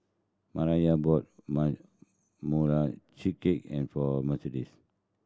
Maiya bought cheesecake and for Mercedes